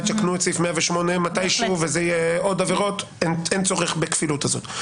יתקנו מתישהו את סעיף 108 ויהיו עוד עבירות ואין צורך בכפילות הזאת.